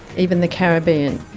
even the caribbean.